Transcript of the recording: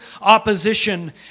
opposition